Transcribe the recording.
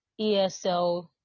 ESL